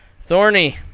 Thorny